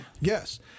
Yes